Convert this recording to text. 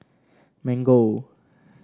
mango